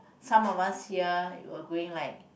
some of here were going like